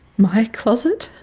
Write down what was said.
my closet,